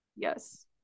yes